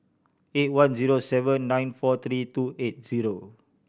eight one zero seven nine four three two eight zero